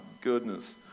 goodness